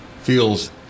feels